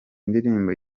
indirimbo